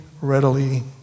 readily